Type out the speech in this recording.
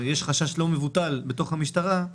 ויש חשש לא מבוטל בתוך המשטרה,